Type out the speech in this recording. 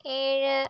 ഏഴ്